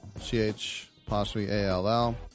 C-H-possibly-A-L-L